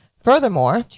Furthermore